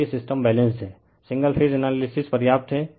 इसलिए system balanced है single phase analysis पर्याप्त है